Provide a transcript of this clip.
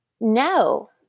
No